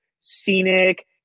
scenic